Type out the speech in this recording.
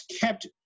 kept